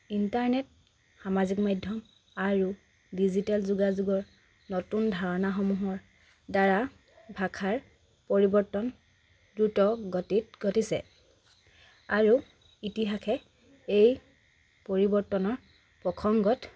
internet সামাজিক মাধ্যম আৰু ডিজিটেল যোগাযোগৰ নতুন ধাৰণাসমূহৰ দ্বাৰা ভাষাৰ পৰিৱৰ্তন দ্ৰুত গতিত ঘটিছে আৰু ইতিহাসে এই পৰিৱৰ্তনৰ প্ৰসংগত